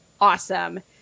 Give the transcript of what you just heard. awesome